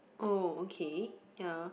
oh okay ya